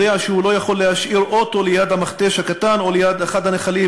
שהוא לא יכול להשאיר אוטו ליד המכתש הקטן או ליד אחד הנחלים,